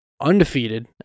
Undefeated